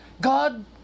God